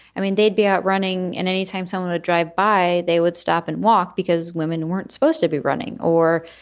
i mean, they'd be out running and anytime someone would drive by, they would stop and walk because women weren't supposed to be running or,